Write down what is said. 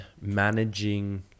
managing